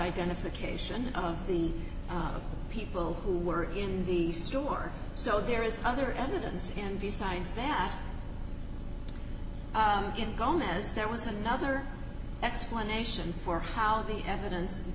identification of the people who were in the store so there is other evidence and besides that in goannas there was another explanation for how the evidence